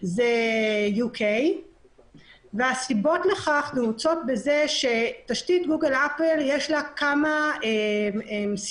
UK והסיבות לכך נעוצות בזה שתשתית גוגל אפל יש לה כמה סייגים,